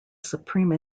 supreme